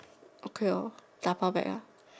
okay lor dabao back ah